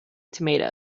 tomatoes